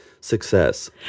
success